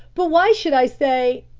but why should i say?